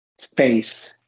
space